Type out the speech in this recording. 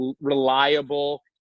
reliable